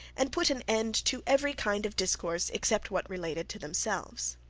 and put an end to every kind of discourse except what related to themselves.